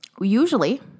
usually